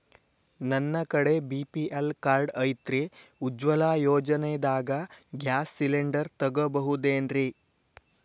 ನನ್ನ ಕಡೆ BPL card ಐತ್ರಿ, ಉಜ್ವಲಾ ಯೋಜನೆದಾಗ ಗ್ಯಾಸ್ ಸಿಲಿಂಡರ್ ತೊಗೋಬಹುದೇನ್ರಿ?